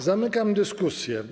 Zamykam dyskusję.